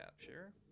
capture